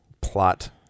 plot